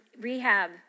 rehab